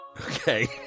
Okay